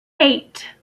eight